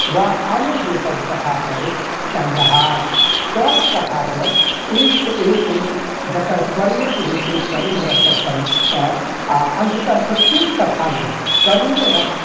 वा आनो जेसभ कथासभ अछि चन्द्रहार सभ कथासभ एकसँ एक अछि जकर परिणति होइत छै करुण रसक सङ्गसँ आ अन्ततः प्रत्येक कथामे करुणे रस